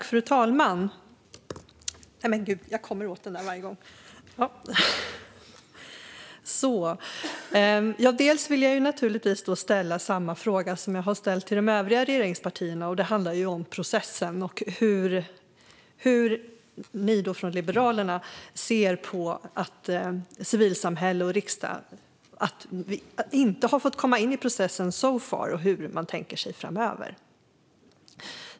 Fru talman! Jag vill naturligtvis ställa samma fråga som jag har ställt till de övriga regeringspartierna, och det handlar om processen och om hur ni från Liberalerna ser på att civilsamhället och riksdagen inte har fått komma in i processen so far och hur ni tänker om detta framöver.